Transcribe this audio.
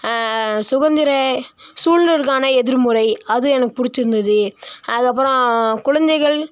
சுதந்திர சுதந்திரத்திற்கான எதிர்முறை அதுவும் எனக்கு பிடிச்சிருந்துது அதுக்கப்புறம் குழந்தைகள்